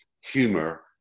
humor